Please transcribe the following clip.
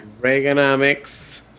Reaganomics